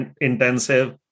intensive